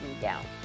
down